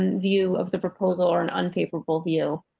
view of the proposal or an unpaid or full view.